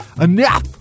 Enough